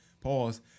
Pause